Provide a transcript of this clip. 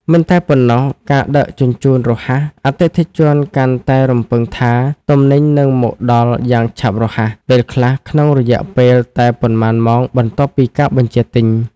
មិនតែប៉ុណ្ណោះ ការដឹកជញ្ជូនរហ័ស អតិថិជនកាន់តែរំពឹងថាទំនិញនឹងមកដល់យ៉ាងឆាប់រហ័ស ពេលខ្លះក្នុងរយៈពេលតែប៉ុន្មានម៉ោងបន្ទាប់ពីការបញ្ជាទិញ។